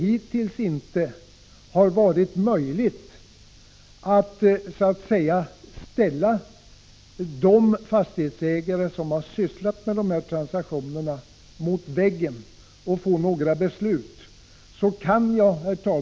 Hittills har det inte varit möjligt att så att säga ställa de fastighetsägare som sysslat med sådana här transaktioner mot väggen och inte heller att få fram några beslut.